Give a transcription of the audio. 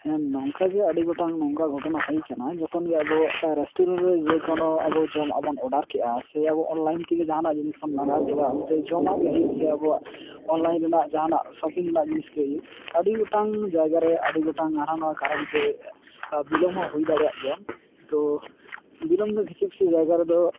ᱦᱮᱸ ᱱᱚᱝᱠᱟᱜᱮ ᱟᱹᱰᱤᱜᱚᱴᱟᱝ ᱱᱚᱝᱠᱟ ᱜᱷᱚᱴᱚᱱᱟ ᱦᱩᱭ ᱠᱟᱱᱟ ᱡᱚᱠᱷᱚᱱ ᱜᱮ ᱟᱵᱚ ᱨᱮᱥᱴᱩᱨᱮᱱᱴ ᱨᱮ ᱡᱮᱠᱳᱱᱳ ᱟᱵᱚ ᱡᱚᱢᱟᱜ ᱵᱚᱱ ᱚᱰᱟᱨ ᱠᱮᱜᱼᱟ ᱥᱮ ᱟᱵᱚ ᱚᱱᱞᱟᱭᱤᱱ ᱛᱮᱜᱮ ᱡᱟᱦᱟᱱᱟᱜ ᱡᱤᱱᱤᱥ ᱵᱚᱱ ᱢᱟᱸᱜᱟᱣ ᱠᱮᱫᱟ ᱡᱚᱢᱟᱜ ᱜᱮ ᱦᱩᱭᱩᱜ ᱥᱮ ᱟᱵᱚᱣᱟᱜ ᱚᱱᱞᱟᱭᱤᱱ ᱨᱮᱱᱟᱜ ᱡᱟᱦᱟᱱᱟᱜ ᱥᱚᱯᱤᱝ ᱨᱮᱱᱟᱜ ᱡᱤᱱᱤᱥ ᱜᱮ ᱦᱩᱭᱩᱜ ᱟᱹᱰᱤ ᱜᱚᱴᱟᱝ ᱡᱟᱭᱜᱟ ᱨᱮ ᱟᱹᱰᱤ ᱜᱚᱴᱟᱝ ᱦᱟᱱᱟ ᱱᱚᱣᱟ ᱠᱟᱨᱚᱱᱛᱮ ᱵᱤᱞᱚᱢᱦᱚᱸ ᱦᱩᱭ ᱫᱟᱲᱮᱭᱟᱜ ᱜᱮᱭᱟ ᱛᱚ ᱵᱤᱞᱚᱢ ᱫᱚ ᱠᱤᱪᱷᱩ ᱠᱤᱪᱷᱩ ᱡᱟᱭᱜᱟ ᱨᱮᱫᱚ